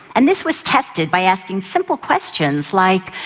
and this was tested by asking simple questions like,